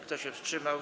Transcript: Kto się wstrzymał?